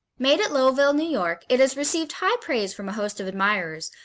made at lowville, new york, it has received high praise from a host of admirers,